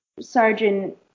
sergeant